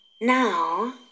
Now